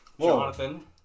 Jonathan